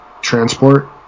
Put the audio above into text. transport